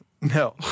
No